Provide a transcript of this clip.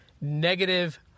negative